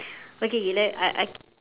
okay let I I